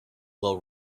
will